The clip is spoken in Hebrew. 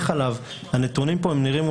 הסדרים.